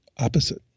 opposite